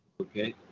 Okay